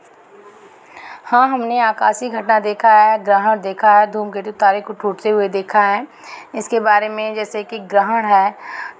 हाँ हमने आकाशी घटना देखा है ग्रहण देखा है धूमकेतु तारे को टूटते हुए देखा है इसके बारे में जैसे कि ग्रहण है